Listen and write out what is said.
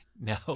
No